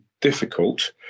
difficult